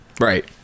right